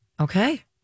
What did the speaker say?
Okay